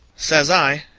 says i,